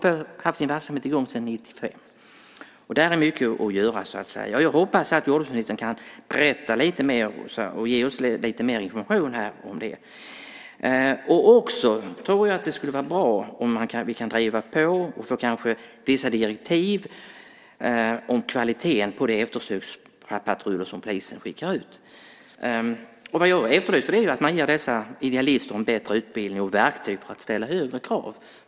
De har haft sin verksamhet i gång sedan 1995. Där är mycket att göra. Jag hoppas att jordbruksministern kan ge oss lite mer information om det. Jag tror också att det skulle vara bra om vi kunde driva på och kanske få vissa direktiv om kvaliteten på de eftersökspatruller som polisen skickar ut. Det jag efterlyser är att man ger dessa idealister en bättre utbildning och verktyg för att ställa högre krav.